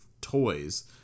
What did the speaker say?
toys